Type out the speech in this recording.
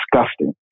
disgusting